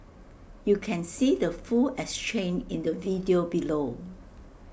you can see the full exchange in the video below